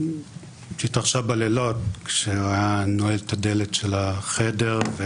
שהתרחשה בלילות כשהוא היה נועל את הדלת של החדר.